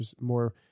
more